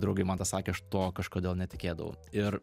draugai man tą sakė aš to kažkodėl netikėdavau ir